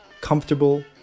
comfortable